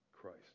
Christ